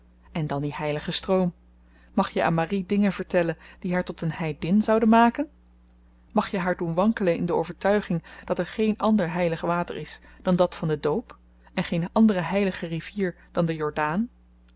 en dan die heilige stroom mag je aan marie dingen vertellen die haar tot een heidin zouden maken mag je haar doen wankelen in de overtuiging dat er geen ander heilig water is dan dat van den doop en geen andere heilige rivier dan de jordaan